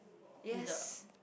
yes